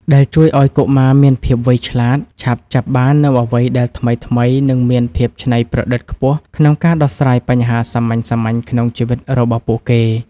ដែលជួយឱ្យកុមារមានភាពវៃឆ្លាត ឆាប់ចាប់បាននូវអ្វីដែលថ្មីៗ និងមានភាពច្នៃប្រឌិតខ្ពស់ក្នុងការដោះស្រាយបញ្ហាសាមញ្ញៗក្នុងជីវិតរបស់ពួកគេ។